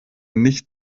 nicht